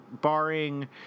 barring